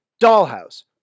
Dollhouse